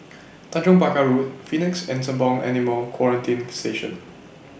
Tanjong Pagar Road Phoenix and Sembawang Animal Quarantine Station